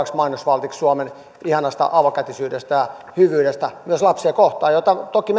seuraavaksi mainosvaltiksi suomen ihanasta avokätisyydestä hyvyydestä myös lapsia kohtaan jota toki